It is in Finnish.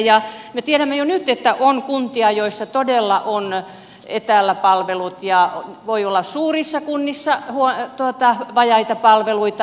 me tiedämme jo nyt että on kuntia joissa todella on etäällä palvelut ja voi olla suurissa kunnissa vajaita palveluita